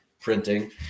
printing